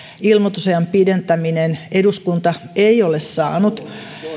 ilmoitusajan pidentäminen eduskunta ei ole saanut